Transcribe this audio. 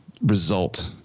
result